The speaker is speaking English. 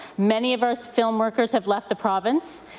many of us film workers have left the province.